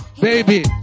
Baby